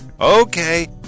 Okay